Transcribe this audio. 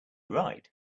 right